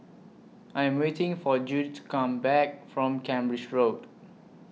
I Am waiting For Jude to Come Back from Cambridge Road